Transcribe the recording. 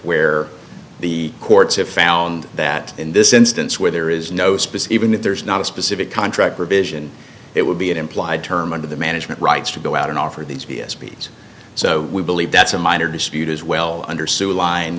where the courts have found that in this instance where there is no specific that there's not a specific contract provision it would be an implied term of the management rights to go out and offer these b s p's so we believe that's a minor dispute as well under sewer line